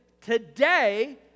today